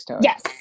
Yes